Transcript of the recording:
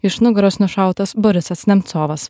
iš nugaros nušautas borisas nemcovas